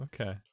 Okay